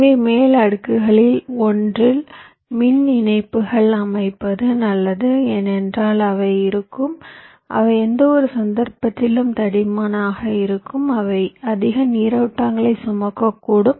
எனவே மேல் அடுக்குகளில் ஒன்றில் மின் இணைப்புகளை அமைப்பது நல்லது ஏனென்றால் அவை இருக்கும் அவை எந்தவொரு சந்தர்ப்பத்திலும் தடிமனாக இருக்கும் அவை அதிக நீரோட்டங்களை சுமக்கக்கூடும்